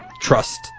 trust